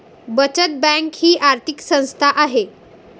बचत बँक ही आर्थिक संस्था आहे